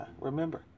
remember